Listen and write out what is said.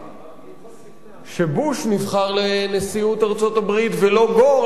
שבוש נבחר לנשיאות ארצות-הברית ולא גור,